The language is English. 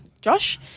Josh